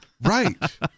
Right